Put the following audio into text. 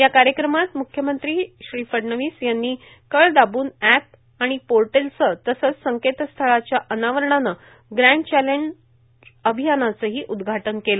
या कार्यक्रमात मुख्यमंत्री फडणवीस यांनी कळ दाबून एप पोर्टलचे तसेच संकेतस्थळाच्या अनावरणाने ग्रॅण्ड चँलेज अभियानाचेही उद्घाटन केले